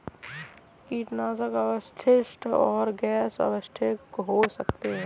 कीटनाशक अवशिष्ट और गैर अवशिष्ट हो सकते हैं